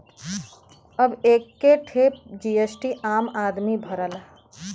अब एक्के ठे जी.एस.टी आम आदमी भरला